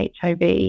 HIV